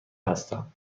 هستم